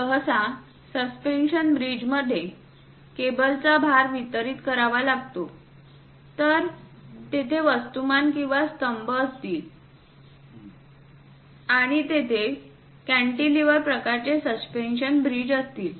सहसा suspension bridge मध्ये केबलचा भार वितरित करावा लागतो तर तेथे वस्तुमान किंवा स्तंभ असतील आणि तेथे कॅन्टिलिव्हर प्रकारचे सस्पेन्शन ब्रिज असतील